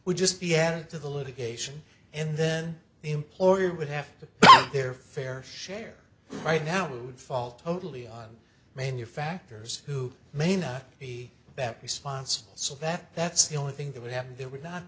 would just be added to the litigation and then the employer would have to pay their fair share right now would fall totally i mean your factors who may not be better response so that that's the only thing that would happen there would not